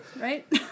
Right